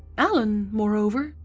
allen, moreover,